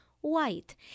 White